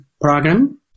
program